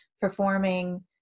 performing